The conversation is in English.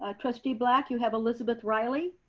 ah trustee black, you have elizabeth riley.